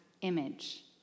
image